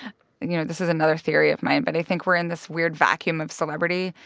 you know, this is another theory of mine, but i think we're in this weird vacuum of celebrity.